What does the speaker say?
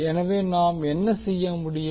எனவே நாம் என்ன செய்ய முடியும்